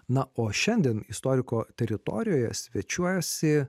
na o šiandien istoriko teritorijoje svečiuojasi